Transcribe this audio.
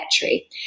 battery